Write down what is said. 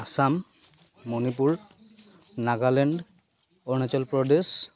Assam Manipur Nagaland Arunachal Pradesh